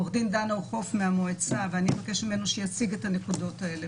עורך דין דן אור-חוף מהמועצה ואני אבקש ממנו שיציג את הנקודות האלה,